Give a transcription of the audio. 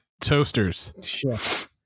toasters